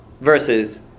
versus